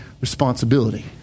responsibility